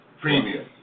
premium